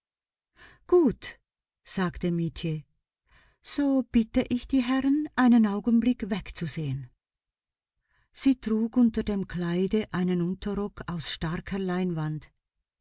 gut sagte mietje so bitte ich die herren einen augenblick wegzusehen sie trug unter dem kleide einen unterrock aus starker leinwand